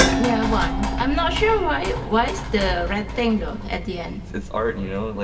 yeah, one. i'm not sure why why is the red thing, though at the end. it's art, and you know? like